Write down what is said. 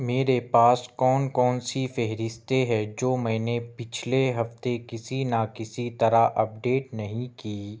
میرے پاس کون کون سی فہرستیں ہے جو میں نے پچھلے ہفتہ کسی نہ کسی طرح اپڈیٹ نہیں کی